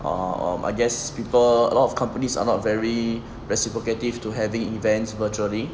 um I guess people a lot of companies are not very reciprocative to having events virtually